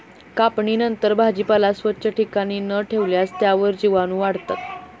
कापणीनंतर भाजीपाला स्वच्छ ठिकाणी न ठेवल्यास त्यावर जीवाणूवाढतात